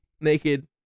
naked